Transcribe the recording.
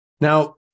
Now